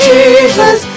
Jesus